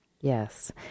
Yes